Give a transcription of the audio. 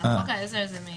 טכנית, שחוק העזר הזה הוא